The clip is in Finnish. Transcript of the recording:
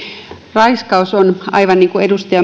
raiskaus on aivan niin kuin edustaja